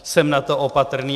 Jsem na to opatrný.